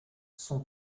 son